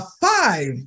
five